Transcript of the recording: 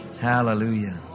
Hallelujah